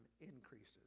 increases